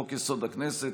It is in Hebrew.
לחוק-יסוד: הכנסת,